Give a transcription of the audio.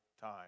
time